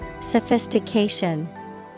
Sophistication